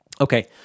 Okay